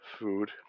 food